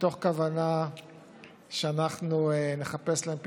מתוך כוונה שאנחנו נחפש להם פתרונות.